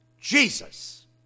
Jesus